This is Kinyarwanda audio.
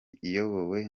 iyobowe